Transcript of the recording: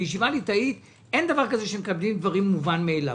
בישיבה ליטאית אין דבר כזה שמקבלים דברים כמובן מאליו.